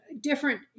different